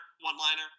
one-liner